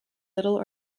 little